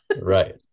Right